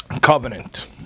Covenant